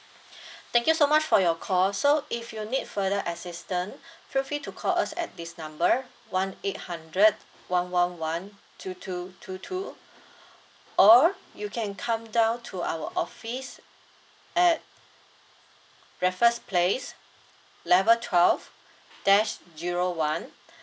thank you so much for your call so if you need further assistant feel free to call us at this number one eight hundred one one one two two two two or you can come down to our office at raffles place level twelve dash zero one